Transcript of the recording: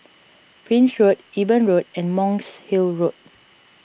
Prince Road Eben Road and Monk's Hill Road